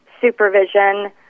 supervision